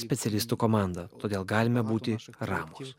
specialistų komanda todėl galime būti ramus